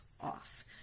off